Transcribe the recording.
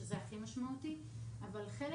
שזה הכי משמעותי; ו-ב', חלק